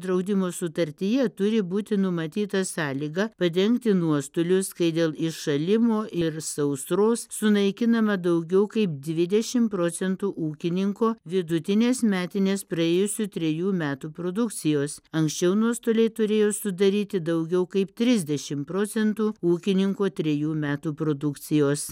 draudimo sutartyje turi būti numatyta sąlyga padengti nuostolius kai dėl iššalimo ir sausros sunaikinama daugiau kaip dvidešimt procentų ūkininko vidutinės metinės praėjusių trejų metų produkcijos anksčiau nuostoliai turėjo sudaryti daugiau kaip trisdešimt procentų ūkininko trejų metų produkcijos